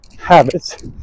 Habits